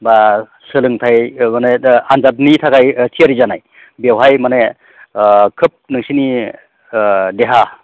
एबा सोलोंथाइ औ माने दा आनजादनि थाखाय थियारि जानाय बेवहाय माने खोब नोंसिनि देहाफोरखौ